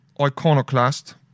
Iconoclast